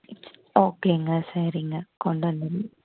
ஓகேங்க சரிங்க கொண்டு வந்துடுறேன்